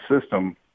system